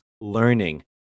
learning